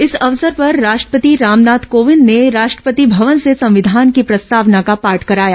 इस अवसर पर राष्ट्रपति राम नाथ कोविंद ने राष्ट्रपति भवन से संविधान की प्रस्तावना का पाठ कराया